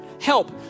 help